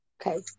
Okay